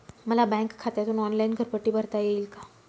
मला बँक खात्यातून ऑनलाइन घरपट्टी भरता येईल का?